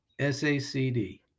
SACD